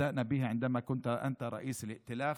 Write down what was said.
התחלנו כאשר אתה היית יושב-ראש הקואליציה,